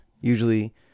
usually